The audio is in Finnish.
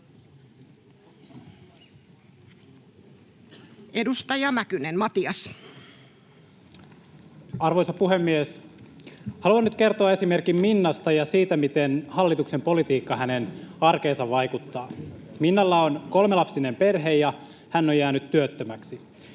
16:01 Content: Arvoisa puhemies! Haluan nyt kertoa esimerkin Minnasta ja siitä, miten hallituksen politiikka hänen arkeensa vaikuttaa. Minnalla on kolmilapsinen perhe, ja hän on jäänyt työttömäksi.